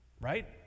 right